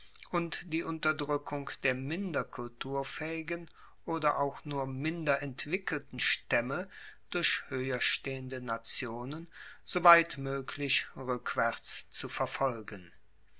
und die unterdrueckung der minder kulturfaehigen oder auch nur minder entwickelten staemme durch hoeher stehende nationen soweit moeglich rueckwaerts zu verfolgen